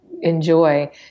enjoy